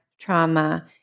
trauma